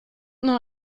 nur